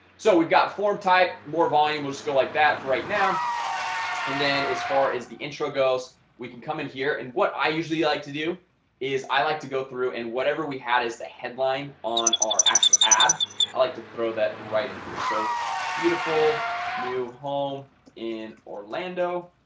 so we've got form type more volume we'll just go like that for right now and then as far as the intro goes we can come in here and what i usually like to do is i like to go through and whatever we had is the headline on our actual app i like to throw that right in here. so beautiful new home in in orlando,